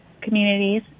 communities